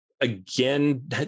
Again